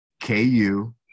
KU